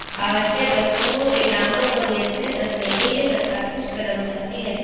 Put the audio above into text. आवश्यक वस्तुओं के दामों को नियंत्रित रखने के लिए सरकार कुछ कदम उठाती है